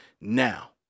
Now